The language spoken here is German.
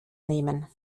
nehmen